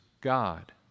God